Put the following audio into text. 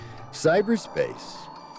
Cyberspace